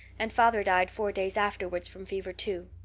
and father died four days afterwards from fever too.